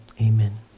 Amen